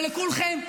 ולכולכם,